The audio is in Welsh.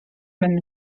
maent